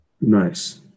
nice